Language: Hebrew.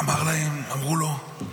אמרו לו: